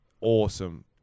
awesome